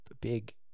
big